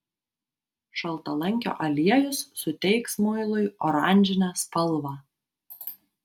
šaltalankio aliejus suteiks muilui oranžinę spalvą